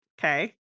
Okay